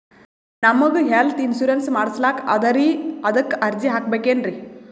ನಮಗ health insurance ಮಾಡಸ್ಲಾಕ ಅದರಿ ಅದಕ್ಕ ಅರ್ಜಿ ಹಾಕಬಕೇನ್ರಿ?